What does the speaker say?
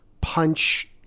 punch